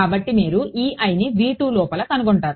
కాబట్టి మీరు ని లోపల కనుగొంటారు